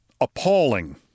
Appalling